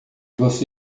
você